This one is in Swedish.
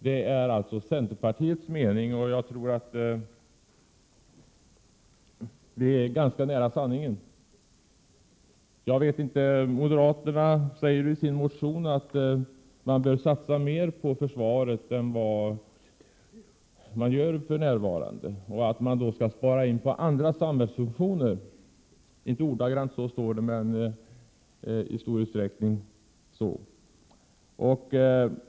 Det är alltså centerpartiets mening, och jag tror att den är ganska realistisk. Moderaterna säger i sin motion att man bör satsa mer på försvaret än vad som sker för närvarande och att man får spara in på andra samhällsfunktioner. Det står inte ordagrant så i den moderata motionen men i stort sett så.